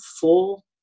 full